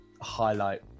highlight